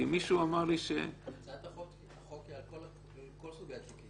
כי מישהו אמר לי ש- -- הצעת החוק היא על כל סוגי התיקים.